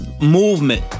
movement